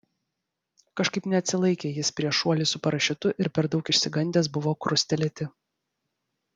kažkaip neatsilaikė jis prieš šuolį su parašiutu ir per daug išsigandęs buvo krustelėti